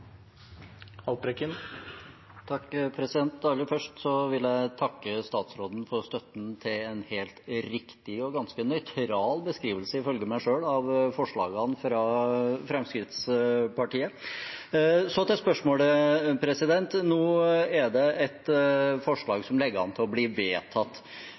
Aller først vil jeg takke statsråden for støtten til en helt riktig og ganske nøytral beskrivelse, ifølge meg selv, av forslagene fra Fremskrittspartiet. Så til spørsmålet: Nå er det et forslag som ligger an til å bli vedtatt